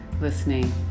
listening